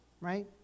right